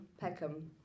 Peckham